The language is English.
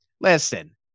Listen